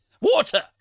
Water